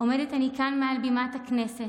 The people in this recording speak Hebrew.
עומדת אני כאן מעל בימת הכנסת,